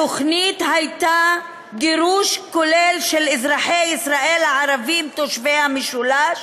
התוכנית הייתה גירוש כולל של אזרחי ישראל הערבים תושבי המשולש